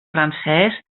francès